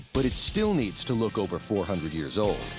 but it still needs to look over four hundred years old.